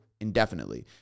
indefinitely